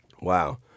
Wow